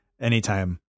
anytime